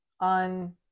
on